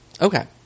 Okay